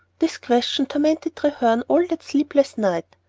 this question tormented treherne all that sleepless night.